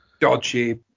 dodgy